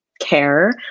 care